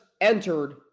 entered